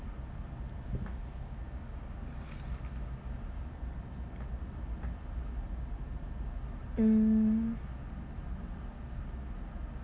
mm